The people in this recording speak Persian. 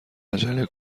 عجله